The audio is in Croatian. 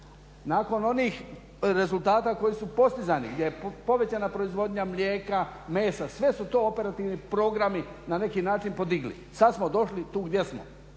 Nakon onih rezultata koji su postizani gdje je povećana proizvodnja mlijeka, mesa, sve su to operativni programi na neki način podigli. Sad smo došli tu gdje smo,